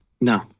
No